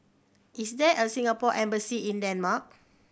is there a Singapore Embassy in Denmark